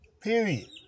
Period